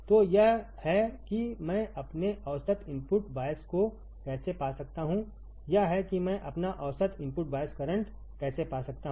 तो यह है कि मैं अपने औसत इनपुट बायस को कैसे पा सकता हूंयह है कि मैं अपना औसतइनपुट बायस करंट कैसे पा सकता हूं